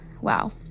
wow